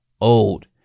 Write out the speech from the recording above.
old